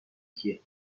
کیه